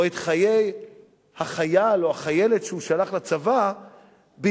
או את חיי החייל או החיילת שהוא שלח לצבא בידי